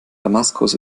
damaskus